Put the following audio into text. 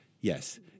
Yes